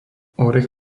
orech